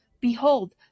Behold